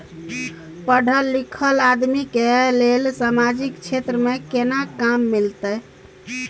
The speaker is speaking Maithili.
पढल लीखल आदमी के लेल सामाजिक क्षेत्र में केना काम मिलते?